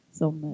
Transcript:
som